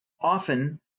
often